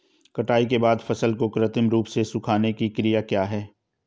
कटाई के बाद फसल को कृत्रिम रूप से सुखाने की क्रिया क्या है?